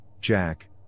Jack